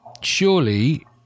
surely